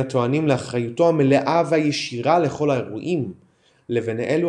בין הטוענים לאחריותו המלאה והישירה לכל האירועים לבין אלו